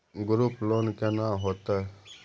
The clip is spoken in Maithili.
ग्रुप लोन केना होतै?